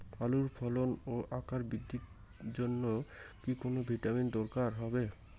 আলুর ফলন ও আকার বৃদ্ধির জন্য কি কোনো ভিটামিন দরকার হবে?